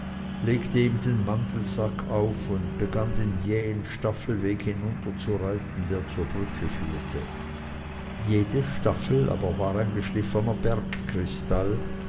legte ihm den mantelsack auf und begann den jähen staffelweg hinunterzureiten der zur brücke führte jede staffel war aber ein geschliffener